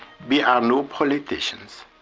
we are no politicians.